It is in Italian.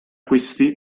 questi